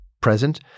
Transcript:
present